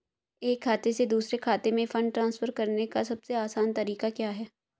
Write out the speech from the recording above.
एक खाते से दूसरे खाते में फंड ट्रांसफर करने का सबसे आसान तरीका क्या है?